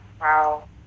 Wow